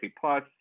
Plus